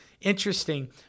interesting